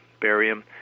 barium